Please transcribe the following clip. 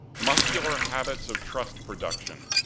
muscular habits of trust production.